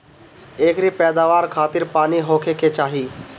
एकरी पैदवार खातिर पानी होखे के चाही